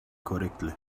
correctly